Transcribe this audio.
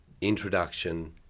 introduction